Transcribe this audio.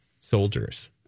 soldiers